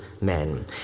men